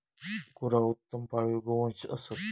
गुरा उत्तम पाळीव गोवंश असत